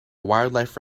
wildlife